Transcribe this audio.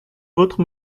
vôtre